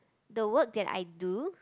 the work that I do